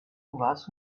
warst